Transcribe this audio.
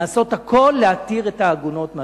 לעשות הכול להתיר את העגונות מעגינותן.